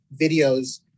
videos